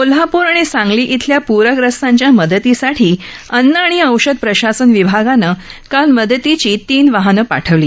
कोल्हापूर आणि सांगली इथल्या प्रग्रस्तांच्या मदतीसाठी अन्न आणि औषध प्रशासन विभागानं काल मदतीची तीन वाहनं पाठवली